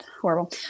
horrible